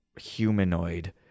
humanoid